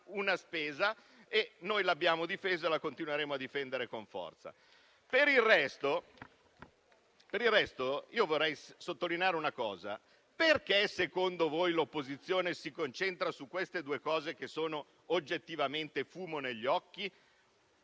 Per il resto vorrei sottolineare una cosa: perché secondo voi l'opposizione si concentra su queste due cose che sono oggettivamente fumo negli occhi?